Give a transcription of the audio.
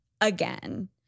again